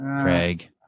Craig